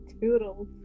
Toodles